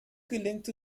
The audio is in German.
gelingt